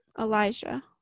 Elijah